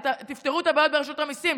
תפתרו את הבעיות ברשות המיסים.